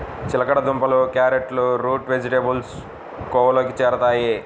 చిలకడ దుంపలు, క్యారెట్లు రూట్ వెజిటేబుల్స్ కోవలోకి చేరుతాయి